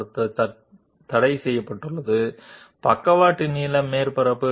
కాబట్టి forward steps మరియు side steps మేము ఇప్పటికే దీని గురించి చర్చించాము